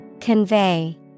Convey